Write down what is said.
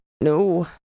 No